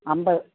അമ്പത്